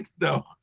no